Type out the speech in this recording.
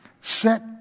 set